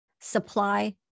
Supply